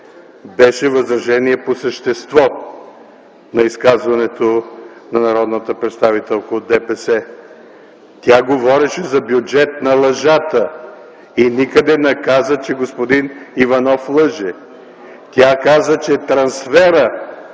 беше възражение по същество на изказването на народната представителка от ДПС. Тя говореше за бюджет на лъжата и никъде не каза, че господин Иванов лъже. Тя каза, че трансферът,